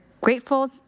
grateful